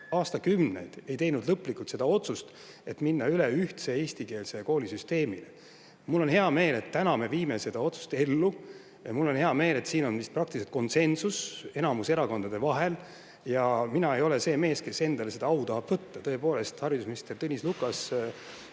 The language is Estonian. aastakümneid ei teinud lõplikult otsust minna üle ühtsele eestikeelsele koolisüsteemile. Mul on hea meel, et täna me viime seda otsust ellu, ja mul on hea meel, et siin on vist praktiliselt konsensus enamuse erakondade vahel. Mina ei ole see mees, kes endale seda au tahab võtta. Tõepoolest, siin esimeses pingis istub